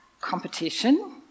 competition